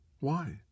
Why